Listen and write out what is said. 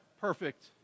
perfect